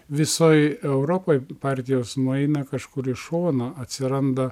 visoj europoj partijos nueina kažkur į šoną atsiranda